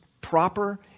proper